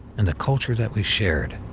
and the culture that we shared.